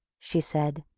she said,